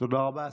תודה רבה.